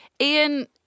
Ian